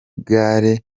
gari